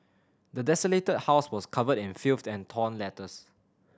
the desolated house was covered in filth and torn letters